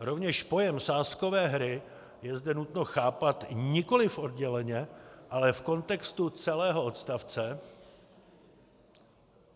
Rovněž pojem sázkové hry je zde nutno chápat nikoliv odděleně, ale v kontextu celého odstavce